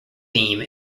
theme